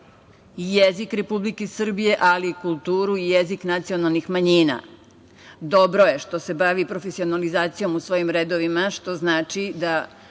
jezik Republike Srbije ali kulturu i jezik nacionalnih manjina. Dobro je što se bavi profesionalizacijom u svojim redovima, što znači da